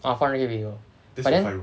uh four hundred K B_T_O but then